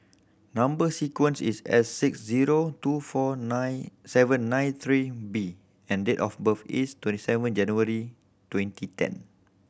number sequence is S six zero two four nine seven nine three B and date of birth is twenty seven January twenty ten